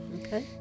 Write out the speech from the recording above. Okay